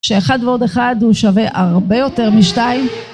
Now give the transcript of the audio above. שאחד ועוד אחד הוא שווה הרבה יותר משתיים.